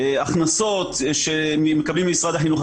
הכנסות שמקבלים ממשרד החינוך,